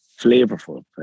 flavorful